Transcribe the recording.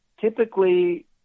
typically